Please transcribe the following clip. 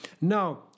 Now